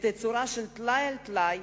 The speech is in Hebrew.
בתצורה של טלאי על טלאי,